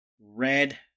Red